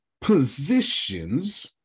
positions